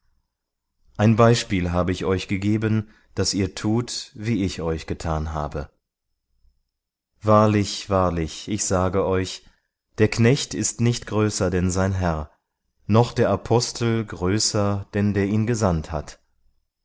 ein beispiel habe ich euch gegeben daß ihr tut wie ich euch getan habe wahrlich wahrlich ich sage euch der knecht ist nicht größer denn sein herr noch der apostel größer denn der ihn gesandt hat